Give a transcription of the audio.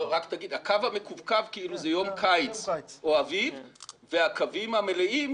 שהקו המקווקו הוא יום קיץ או אביב והקווים המלאים,